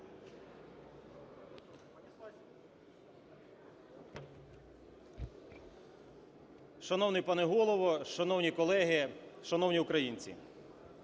Шановний пане Голово, шановні колеги, шановні українці!